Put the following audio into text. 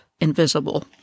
invisible